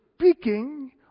speaking